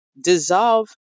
dissolve